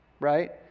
right